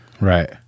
Right